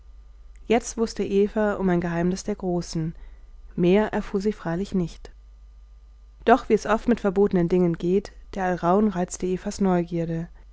jetzt wußte eva um ein geheimnis der großen mehr erfuhr sie freilich nicht doch wie es mit verbotenen dingen geht der alraun reizte evas neugierde